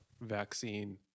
vaccine